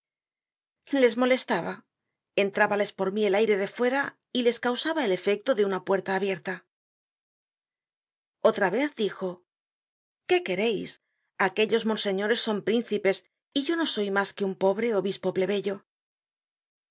les molestaba entrábales por mi el aire de fuera y les causaba el efecto de una puerta abierta otra vez dijo qué queréis aquellos monseñores son príncipes y yo no soy mas que un pobre obispo plebeyo